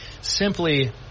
simply